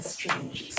Strange